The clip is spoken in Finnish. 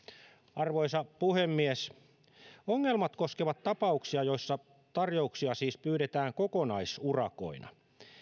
arvoisa puhemies ongelmat koskevat tapauksia joissa tarjouksia siis pyydetään kokonaisurakoina